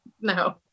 No